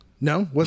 no